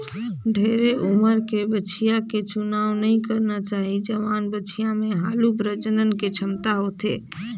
ढेरे उमर के बछिया के चुनाव नइ करना चाही, जवान बछिया में हालु प्रजनन के छमता होथे